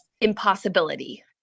impossibility